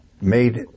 made